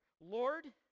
Lord